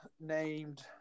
named